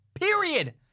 period